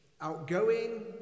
outgoing